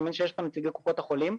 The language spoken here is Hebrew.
אני מאמין שיש כאן נציגי קופות חולים,